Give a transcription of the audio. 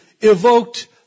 evoked